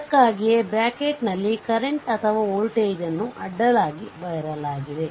ಅದಕ್ಕಾಗಿಯೇ ಬ್ರಾಕೆಟ್ನಲ್ಲಿ ಕರೆಂಟ್ ಅಥವಾ ವೋಲ್ಟೇಜ್ ಅನ್ನು ಅಡ್ಡಲಾಗಿ ಬರೆಯಲಾಗಿದೆ